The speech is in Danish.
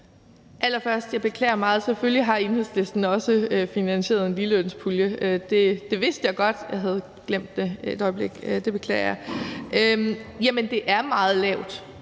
jeg sige: Jeg beklager meget. Selvfølgelig har Enhedslisten også finansieret en ligelønspulje. Det vidste jeg godt. Jeg havde glemt det et øjeblik. Det beklager jeg. Jamen det er meget lavt.